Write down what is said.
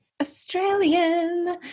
Australian